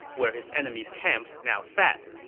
where his enemy's camp now sat.